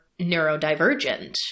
neurodivergent